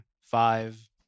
five